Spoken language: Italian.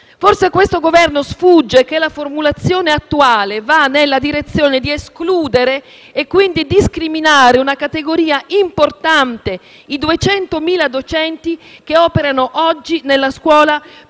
Forse a questo Governo sfugge che la formulazione attuale va nella direzione di escludere (e quindi discriminare) una categoria importante, i 200.000 docenti che operano oggi nella scuola